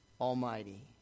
Almighty